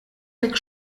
deck